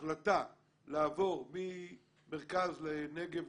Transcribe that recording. ההחלטה לעבור ממרכז לנגב,